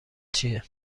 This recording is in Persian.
چیه